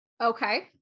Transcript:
Okay